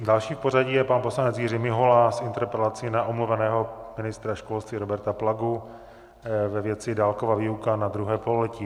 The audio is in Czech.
Další v pořadí je pan poslanec Jiří Mihola s interpelací na omluveného ministra školství Roberta Plagu ve věci dálkové výuky na druhé pololetí.